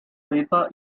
paper